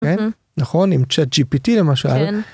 כן? נכון אם chatGPT למשל. כן